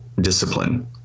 discipline